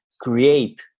create